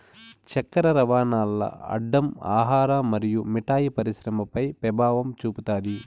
చక్కర రవాణాల్ల అడ్డం ఆహార మరియు మిఠాయి పరిశ్రమపై పెభావం చూపుతాది